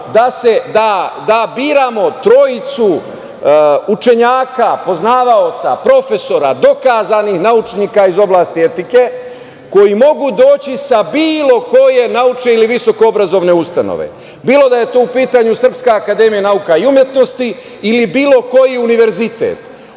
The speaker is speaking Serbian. da biramo trojicu poznavaoca, profesora, dokazanih naučnika iz oblasti etike koji mogu doći sa bilo koje naučne ili visokoobrazovne ustanove, bilo da je to u pitanju Srpska akademija, nauka i umetnosti, ili bilo koji univerzitet.